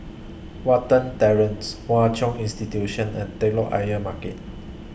Watten Terrace Hwa Chong Institution and Telok Ayer Market